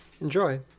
Enjoy